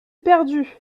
perdue